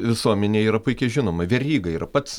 visuomenei yra puikiai žinoma veryga yra pats